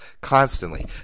Constantly